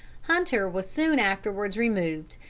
hunter was soon afterwards removed,